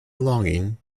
longing